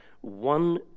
one